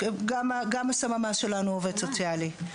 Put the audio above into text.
גם הסממ"ז שלנו עובד סוציאלי.